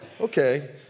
okay